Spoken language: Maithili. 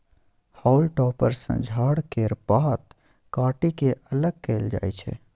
हाउल टॉपर सँ झाड़ केर पात काटि के अलग कएल जाई छै